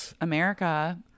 America